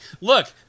look